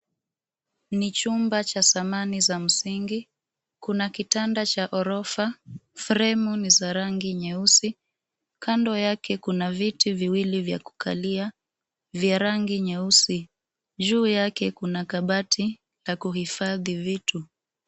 Ni chumba cha samani za msingi, kuna kitanda cha gorofa, fremu ni za rangi nyeusi, kando yake kuna viti viwili vya kukalia, vya rangi nyeusi. Juu yake kuna kabati ya kuhufadhi vitu.